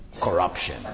corruption